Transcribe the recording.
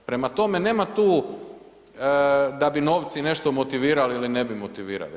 Prema tome, nema tu da bi novci nešto motivirali ili ne bi motivirali.